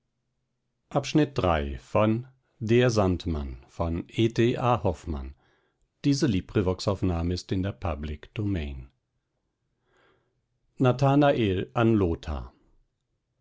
nathanael an lothar